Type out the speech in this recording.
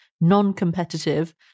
non-competitive